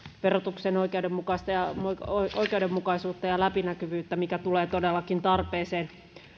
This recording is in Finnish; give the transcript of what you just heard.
verotuksen oikeudenmukaisuutta ja läpinäkyvyyttä mikä tulee todellakin tarpeeseen